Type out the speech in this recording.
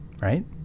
Right